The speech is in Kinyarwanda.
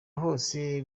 hose